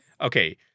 Okay